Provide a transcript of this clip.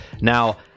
now